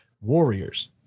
warriors